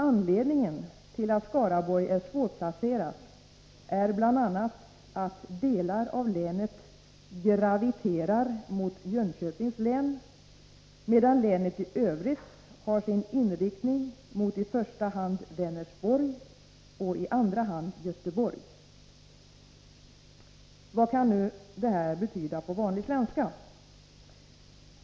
Anledningen till att Skaraborg är svårplacerat är bl.a. att delar av länet graviterar mot Jönköpings län, medan länet i övrigt har sin inriktning mot i första hand Vänersborg och i andra hand Göteborg. Vad kan nu detta betyda på vanlig svenska?